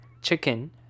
chicken